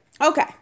Okay